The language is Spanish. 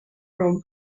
roma